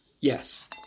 Yes